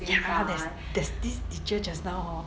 ya there's there's this teacher just now hor